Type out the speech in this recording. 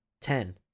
Ten